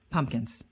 Pumpkins